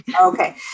Okay